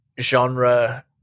genre